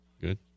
Good